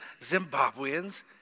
Zimbabweans